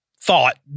thought